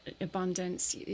abundance